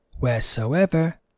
wheresoever